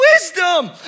wisdom